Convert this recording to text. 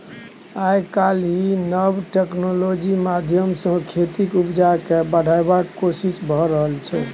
आइ काल्हि नब टेक्नोलॉजी माध्यमसँ खेतीक उपजा केँ बढ़ेबाक कोशिश भए रहल छै